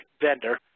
vendor